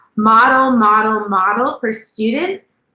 model, model, model for students,